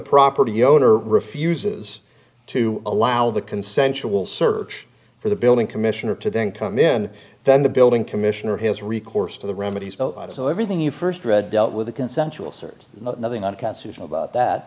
property owner refuses to allow the consensual search for the building commissioner to then come in then the building commissioner has recourse to the remedy to everything you first read dealt with a consensual search nothing unconstitutional about that